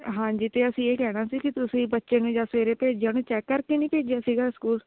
ਹਾਂਜੀ ਅਤੇ ਅਸੀਂ ਇਹ ਕਹਿਣਾ ਸੀ ਕਿ ਤੁਸੀਂ ਬੱਚੇ ਨੂੰ ਜਦੋਂ ਸਵੇਰੇ ਭੇਜਿਆ ਉਹਨੂੰ ਚੈੱਕ ਕਰਕੇ ਨਹੀਂ ਭੇਜਿਆ ਸੀਗਾ ਸਕੂਲ